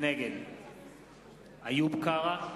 נגד איוב קרא,